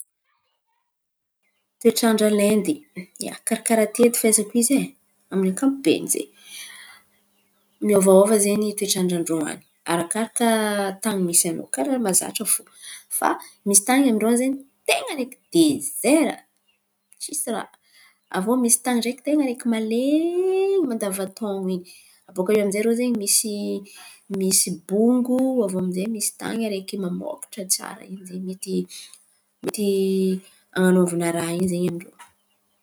Toetrandra a l'Aindy, ia, karkaràha ty edy fahaizako izy ai. Amin'ny ankapobeny zen̈y, miovaova zen̈y toetrandra an̈y arakaraka tan̈y misy an̈ao koa, karàha mazatra fo. Fa misy tan̈y amin-drô an̈y ten̈a araiky dezera tsisy raha. Avô misy tan̈y araiky malen̈y mandava-taon̈o in̈y. Abaka iô aminjay zen̈y irô zen̈y misy misy bongo. Avô aminjay misy tan̈y araiky mamokatra tsara in̈y ze. Mety mety an̈anaovan̈a raha in̈y zen̈y amin-drô.